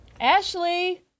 Ashley